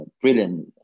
brilliant